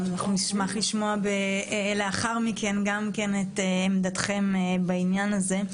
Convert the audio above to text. ונשמח לשמוע לאחר מכן את עמדתכם בעניין הזה.